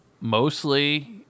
Mostly